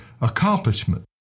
accomplishment